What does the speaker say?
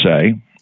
say